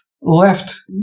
left